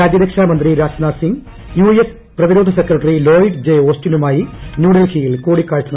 രാജ്യരക്ഷാമന്ത്രി Rajnath Singh U S പ്രതിരോധ ന് സെക്രട്ടറി ലോയിഡ് ജെ ഓസ്റ്റിനുമായി ന്യൂഡൽഹിയിൽ കൂടിക്കാഴ്ച നടത്തി